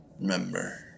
Remember